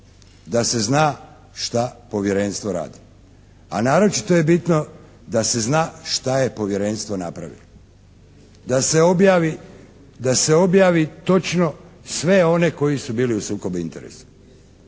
Da se zna što Povjerenstvo radi. A naročito je bitno da se zna što je Povjerenstvo napravilo, da se objavi točno sve one koji su bili u sukobu interesa.